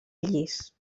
llis